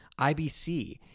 IBC